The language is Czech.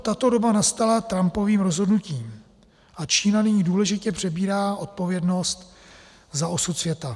Tato doba nastala Trumpovým rozhodnutím a Čína nyní důležitě přebírá odpovědnost za osud světa.